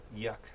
Yuck